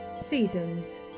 Seasons